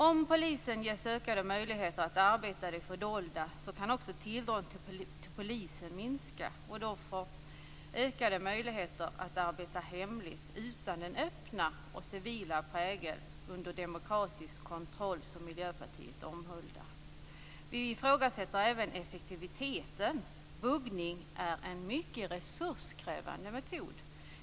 Om polisen ges ökade möjligheter att arbeta i det fördolda kan också tilltron till polisen minska. Den kan minska om man får ökade möjligheter att arbeta hemligt utan den öppna och civila prägel under demokratisk kontroll som Miljöpartiet omhuldar. Vi ifrågasätter även effektiviteten. Buggning är en mycket resurskrävande metod.